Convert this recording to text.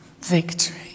victory